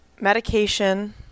medication